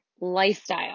lifestyle